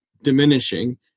Diminishing